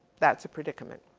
that's a predicament.